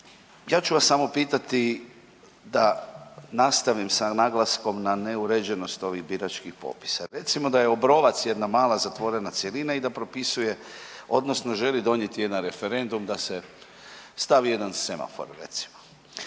ja ću vas samo pitati da nastavim sa naglaskom na neuređenost ovih biračkih popisa. Recimo da je Obrovac jedna mala, zatvorena cjelina i da propisuje odnosno želi donijeti jedan referendum da se stavi jedan semafor recimo.